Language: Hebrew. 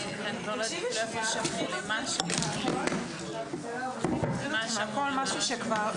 16:05.